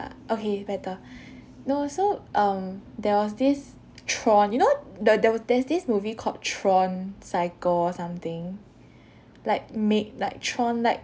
okay better no so um there was this tron you know the the was there's this movie called tron cycle or something like made like tron like